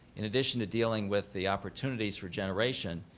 in addition to dealing with the opportunities for generation,